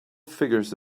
figures